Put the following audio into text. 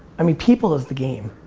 i mean people is the game.